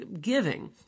giving